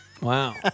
Wow